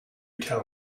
tell